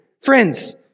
friends